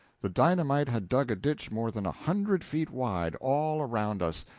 the dynamite had dug a ditch more than a hundred feet wide, all around us,